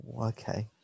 Okay